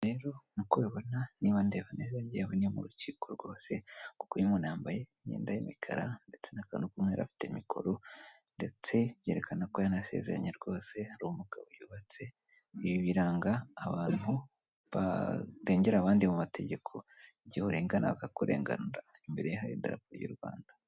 Rero nk'uko ubibona, niba ndeba neza yagiye mu rukiko rwose, kuko uyu umuntu yambaye imyenda y'imikara ndetse n'akantu k'umweri, afite mikoro ndetse byerekana ko yanasezeranye rwose. Hari umugabo yubatse, ibi biranga abantu barengera abandi mu mategeko igihe urengana bakakurenganura. Imbere ye hari idarapo ry'u Rwanda.